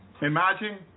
Imagine